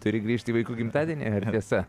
turi grįžt į vaikų gimtadieniai ar tiesa